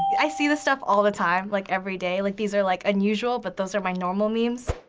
i see this stuff all the time, like every day. like these are like unusual, but those are my normal memes.